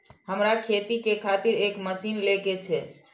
हमरा खेती के खातिर एक मशीन ले के छे?